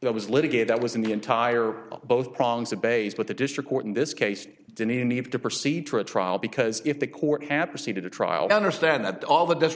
that was litigated that was in the entire both prongs of bays but the district court in this case didn't have to proceed to a trial because if the court and proceeded to trial i understand that all the